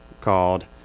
called